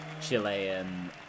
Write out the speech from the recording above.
chilean